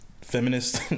feminist